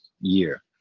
year